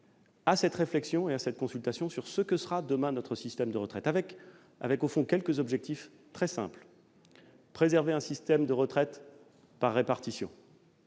-à cette réflexion et à cette consultation sur ce que sera, demain, notre système de retraite. Pour cela, j'ai fixé quelques objectifs très simples : la préservation d'un système de retraite par répartition,